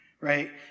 right